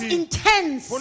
intense